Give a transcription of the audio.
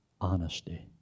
honesty